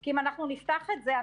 כי אם אנחנו נפתח את זה,